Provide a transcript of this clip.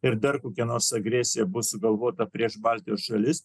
ir dar kokia nors agresija bus sugalvota prieš baltijos šalis